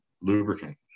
lubricant